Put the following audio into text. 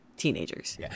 teenagers